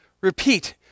repeat